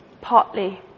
partly